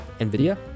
NVIDIA